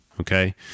Okay